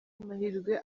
amahirwe